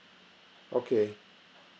okay